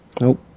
Nope